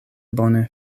bone